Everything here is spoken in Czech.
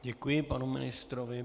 Děkuji panu ministrovi.